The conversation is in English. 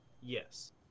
Yes